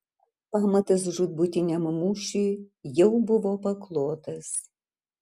pamatas žūtbūtiniam mūšiui jau buvo paklotas